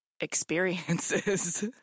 experiences